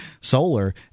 solar